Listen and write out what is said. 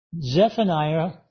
Zephaniah